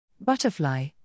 Butterfly